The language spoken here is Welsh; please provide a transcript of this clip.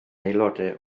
aelodau